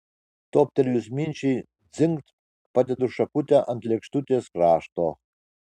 toptelėjus minčiai dzingt padedu šakutę ant lėkštutės krašto